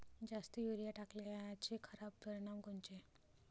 जास्त युरीया टाकल्याचे खराब परिनाम कोनचे?